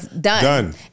Done